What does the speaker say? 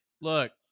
Look